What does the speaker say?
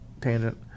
tangent